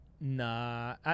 Nah